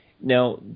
now